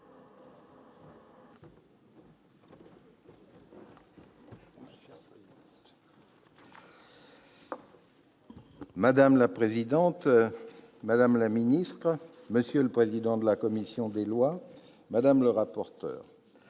Madame la présidente, madame la ministre, monsieur le président de la commission des lois, madame la rapporteur,